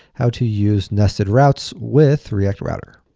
how to use nested routes with react router.